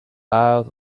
out